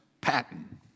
Patton